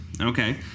Okay